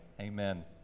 Amen